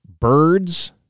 birds